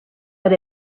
but